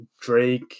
Drake